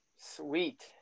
Sweet